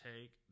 take